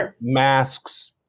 masks